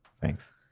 Thanks